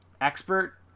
Expert